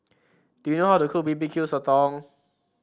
do you know how to cook B B Q Sotong